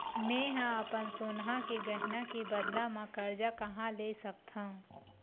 मेंहा अपन सोनहा के गहना के बदला मा कर्जा कहाँ ले सकथव?